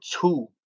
two